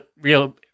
real